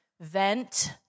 vent